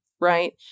right